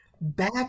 back